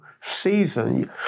season